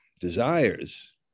desires